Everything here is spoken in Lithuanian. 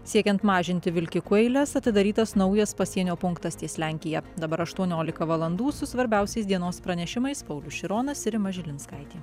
siekiant mažinti vilkikų eiles atidarytas naujas pasienio punktas ties lenkija dabar aštuoniolika valandų su svarbiausiais dienos pranešimais paulius šironas ir rima žilinskaitė